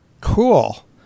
Cool